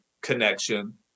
connection